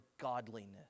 godliness